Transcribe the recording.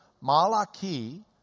Malachi